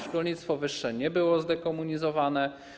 Szkolnictwo wyższe nie było zdekomunizowane.